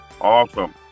Awesome